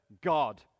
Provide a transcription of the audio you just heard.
God